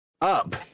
Up